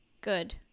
Good